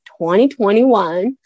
2021